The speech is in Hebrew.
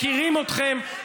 מכירים אתכם,